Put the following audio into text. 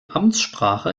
amtssprache